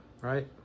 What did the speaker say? right